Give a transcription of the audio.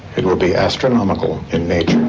it will be astronomical in nature.